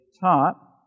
taught